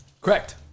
correct